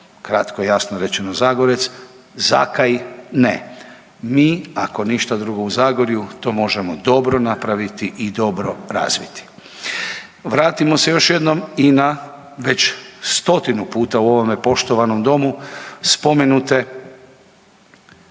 kratko jasno rečeno Zagorec, zakaj ne? Mi ako ništa drugo u Zagorju to možemo dobro napraviti i dobro razviti. Vratimo se još jednom i na već stotinu puta u ovome poštovanom domu spomenute